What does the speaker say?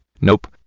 Nope